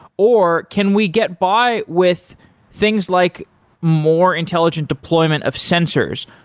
or can we get by with things like more intelligent deployment of sensors,